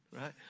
right